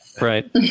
Right